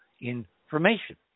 information